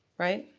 right?